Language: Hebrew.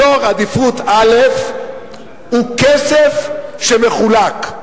אזור עדיפות א' הוא כסף שמחולק.